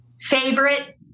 favorite